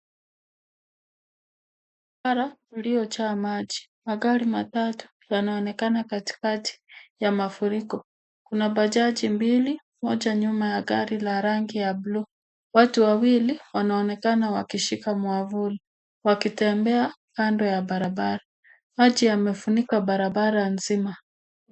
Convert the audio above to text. Barabara uliojaa maji. Magari matatu yaonekana katikati ya mafuriko. Kuna bajaji mbili, moja nyuma ya gari la rangi la buluu. Watu wawili wanaonekana wakishika mwavuli wakitembea kando ya barabara. Maji yamefunika barabara nzima.